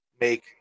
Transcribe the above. make